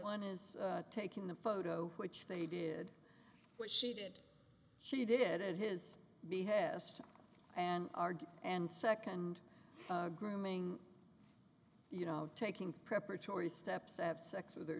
one is taking the photo which they did which she did she did it his behest and arg and second grooming you know taking preparatory steps to have sex with her